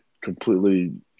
completely –